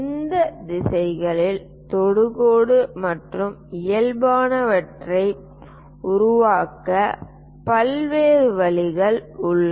இந்த திசைகளில் தொடுநிலை மற்றும் இயல்பானவற்றை உருவாக்க பல்வேறு வழிகள் உள்ளன